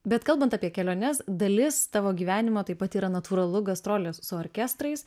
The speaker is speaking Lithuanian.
bet kalbant apie keliones dalis tavo gyvenimo taip pat yra natūralu gastrolės su orkestrais